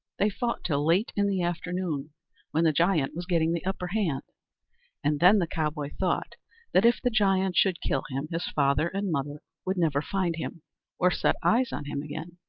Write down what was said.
they fought till late in the afternoon when the giant was getting the upper hand and then the cowboy thought that if the giant should kill him, his father and mother would never find him or set eyes on him again,